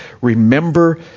remember